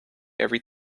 every